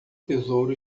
tesouro